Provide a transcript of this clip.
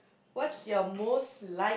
what's your most like